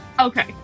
Okay